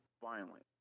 violent